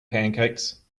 pancakes